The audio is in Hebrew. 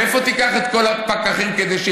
אתה יודע למה לא יתגיירו?